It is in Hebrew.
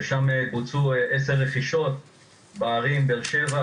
שם בוצעו עשר רכישות בבאר שבע,